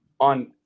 on